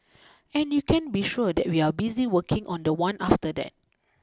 and you can be sure that we are busy working on the one after that